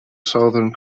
southern